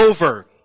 over